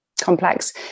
complex